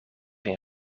een